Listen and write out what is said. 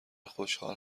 خوشحال